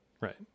Right